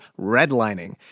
redlining